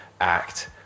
Act